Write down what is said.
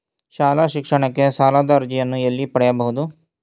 ಶಾಲಾ ಶಿಕ್ಷಣಕ್ಕೆ ಸಾಲದ ಅರ್ಜಿಯನ್ನು ಎಲ್ಲಿ ಪಡೆಯಬಹುದು?